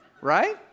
Right